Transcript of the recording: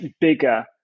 bigger